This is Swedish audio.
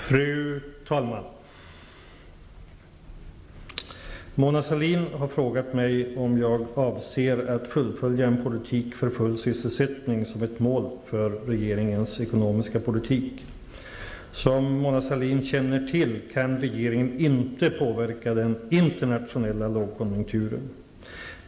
Fru talman! Mona Sahlin har frågat mig om jag avser att fullfölja en politik för full sysselsättning som ett mål för regeringens ekonomiska politik. Som Mona Sahlin känner till kan regeringen inte påverka den internationella lågkonjunkturen.